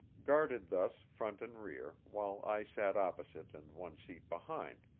guarded thus front and rear, while i sat opposite and one seat behind,